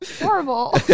horrible